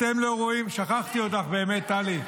ואתם לא ראויים --- זה לא הבית של העם,